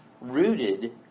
rooted